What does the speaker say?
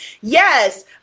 Yes